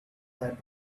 had